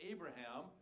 Abraham